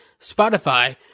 Spotify